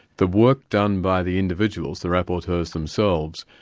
the work done by the individuals, the rapporteurs themselves,